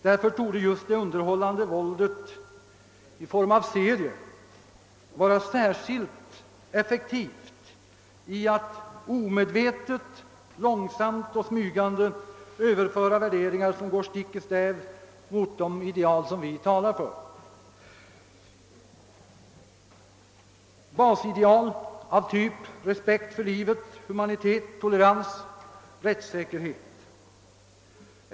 Därför torde det underhållande våldet i form av serier vara särskilt effektivt i att omedvetet, långsamt och smygande överföra värderingar som går stick i stäv mot de ideal som vi talar för: basideal av typen respekt för livet, humanitet, tolerans, rättssäkerhet.